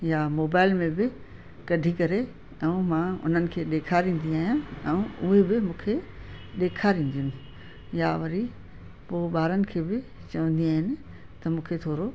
या मोबाइल में बि कढी करे ऐं मां उन्हनि खे ॾेखारींदी आहियां ऐं उहे बि मूंखे ॾेखारिंदियूं आहिनि या वरी पोइ ॿारनि खे बि चवंदी आहिनि त मूंखे थोरो